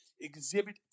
Exhibit